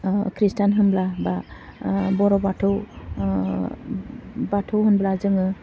ओह खृष्टान होमब्ला बा ओह बर' बाथौ ओह बाथौ होनब्ला जोङो